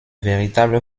véritable